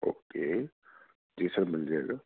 okay جی sir مل جائے گا